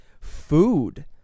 food